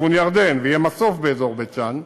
לכיוון ירדן, ויהיה מסוף באזור בית-שאן,